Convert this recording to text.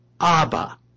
Abba